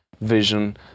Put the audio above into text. vision